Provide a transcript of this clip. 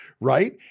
right